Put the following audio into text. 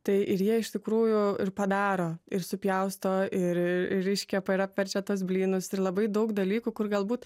tai ir jie iš tikrųjų ir padaro ir supjausto ir ir iškepa ir apverčia tuos blynus ir labai daug dalykų kur galbūt